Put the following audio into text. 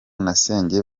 nasengeye